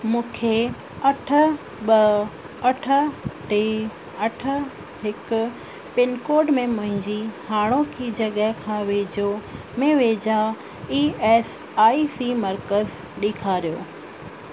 मूंखे अठ ॿ अठ टे अठ हिकु पिनकोड में मुंहिंजी हाणोकी जॻहि खां वेझे में वेझा ई एस आई सी मर्कज़ु ॾेखारियो